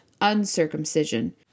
uncircumcision